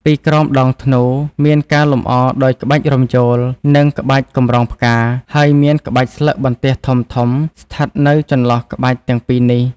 ពីក្រោមដងធ្នូ មានការលម្អដោយក្បាច់រំយោល និងក្បាច់កម្រងផ្កា ហើយមានក្បាច់ស្លឹកបន្ទះធំៗស្ថិតនៅចន្លោះក្បាច់ទាំងពីរនេះ។